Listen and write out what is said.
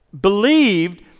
believed